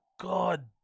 god